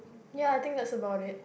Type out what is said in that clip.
ya I think that's about it